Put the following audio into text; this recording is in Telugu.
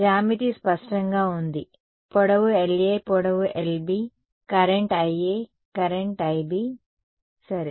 జ్యామితి స్పష్టంగా ఉంది పొడవు LA పొడవు LB current IA current IB సరే